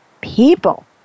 people